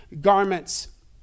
garments